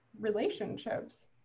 relationships